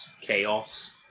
chaos